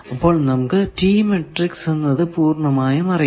ഇപ്പോൾ നമുക്ക് T matrix എന്നത് പൂർണമായും അറിയാം